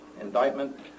indictment